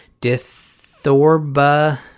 Dithorba